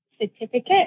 certificate